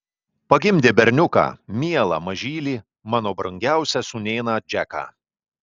pagimdė berniuką mielą mažylį mano brangiausią sūnėną džeką